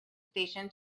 station